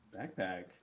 Backpack